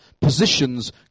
positions